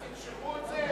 ואז ימשכו את זה?